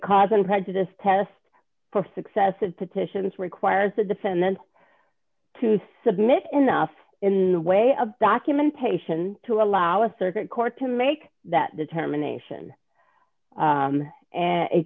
and prejudice test for successive petitions requires the defendant to submit enough in the way of documentation to allow a circuit court to make that determination and